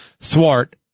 thwart